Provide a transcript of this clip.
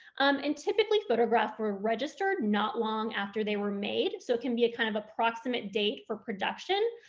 um and typically photographs were registered not long after they were made, so it can be a kind of approximate date for production,